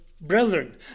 brethren